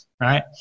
Right